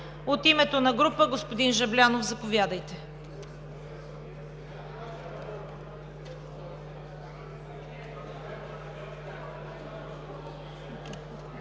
От името на група – господин Жаблянов. Заповядайте.